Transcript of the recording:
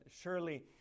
surely